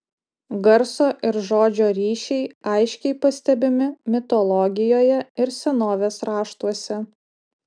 garso ir žodžio ryšiai aiškiai pastebimi mitologijoje ir senovės raštuose